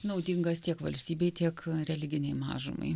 naudingas tiek valstybei tiek religinei mažumai